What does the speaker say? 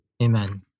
Amen